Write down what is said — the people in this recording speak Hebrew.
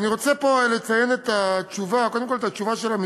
אני רוצה לציין פה את התשובה של המשרד: